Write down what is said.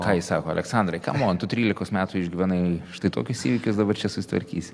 ką ji sako aleksandrai kamon tu trylikos metų išgyvenai štai tokius įvykius dabar čia susitvarkysi